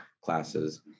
classes